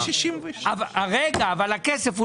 אבל הכסף הוא